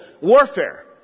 warfare